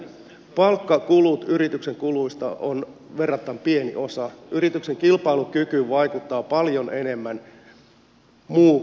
palkkakulut yrityksen kuluista ovat verrattain pieni osa yrityksen kilpailukykyyn vaikuttavat paljon enemmän muut kuin palkkakulut